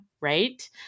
right